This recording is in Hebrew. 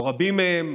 או רבים מהם,